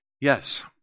Yes